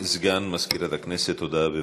סגן מזכירת הכנסת, הודעה.